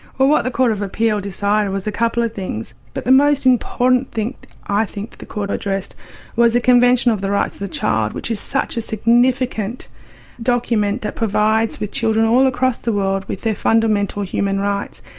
what what the court of appeal decided was a couple of things, but the most important thing, i think, the court addressed was the convention of the rights of the child, which is such a significant document that provides with children all across the world with their fundamental human rights.